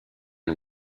new